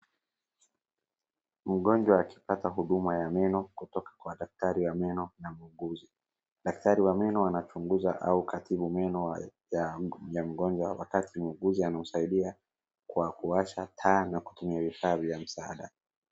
Mgonjwa akipata huduma ya meno kutoka kwa daktari wa meno na muuguzi. Daktari wa meno anachunguza au anatibu meno ya mgonjwa wakati muuguzi anamsaidia kwa kuwasha taa na kutumia vifaa vyaa msaada.